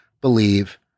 believe